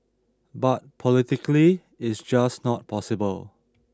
but politically it's just not possible